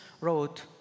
wrote